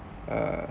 err